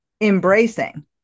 embracing